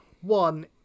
one